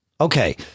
Okay